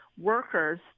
workers